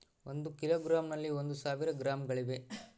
ಒಂದು ಕಿಲೋಗ್ರಾಂ ನಲ್ಲಿ ಒಂದು ಸಾವಿರ ಗ್ರಾಂಗಳಿವೆ